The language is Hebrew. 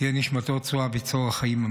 תהיה נשמתו צרורה בצרור החיים.